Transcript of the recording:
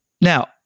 now